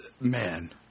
man